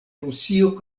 rusio